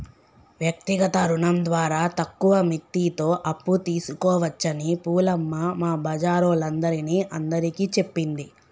వ్యక్తిగత రుణం ద్వారా తక్కువ మిత్తితో అప్పు తీసుకోవచ్చని పూలమ్మ మా బజారోల్లందరిని అందరికీ చెప్పింది